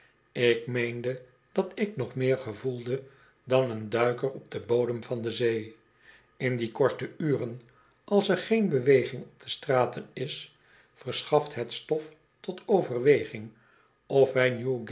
ik meende dat ik nog meer gevoelde dan een duiker op den bodem der zee in die korte uren als er geen beweging op de straten is verschaft het stof tot overweging of